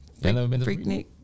Freaknik